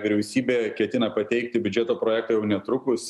vyriausybė ketina pateikti biudžeto projektą jau netrukus